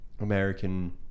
American